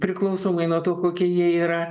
priklausomai nuo to kokie jie yra